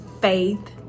faith